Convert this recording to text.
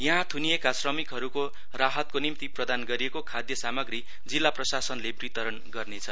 यहाँ थुनिएका श्रमिकहरूको राहतको निम्ति प्रदान गरिएको खाद्य सामग्री जिल्ला प्रसासनले वितरण गर्नेछ